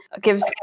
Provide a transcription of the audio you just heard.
gives